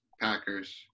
Packers